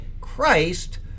Christ